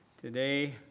today